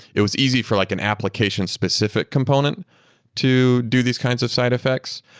it was easy for like an application-specific component to do these kinds of side effects,